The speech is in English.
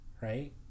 right